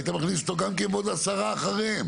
היית מכניס אותו גם כן ועוד עשרה אחריהם.